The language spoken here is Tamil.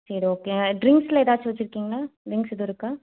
சரி ஓகேங்க ட்ரிங்க்ஸில் ஏதாச்சும் வச்சுருக்கீங்களா ட்ரிங்க்ஸ் எதுவும் இருக்கா